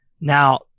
Now